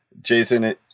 Jason